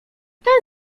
ten